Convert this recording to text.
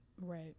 Right